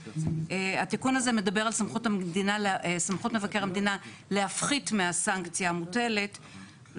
התיקון הזה מדבר על סמכות מבקר המדינה להפחית מהסנקציה המוטלת,